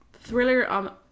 thriller